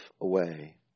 away